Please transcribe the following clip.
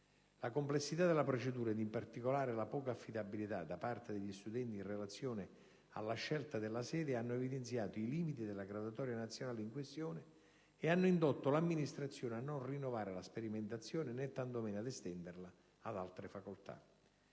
La complessità della procedura, ed in particolare la poca affidabilità da parte degli studenti in relazione alla scelta della sede, hanno evidenziato i limiti della graduatoria nazionale in questione ed hanno indotto l'amministrazione a non rinnovare la sperimentazione, tanto meno ad estenderla ad altre facoltà.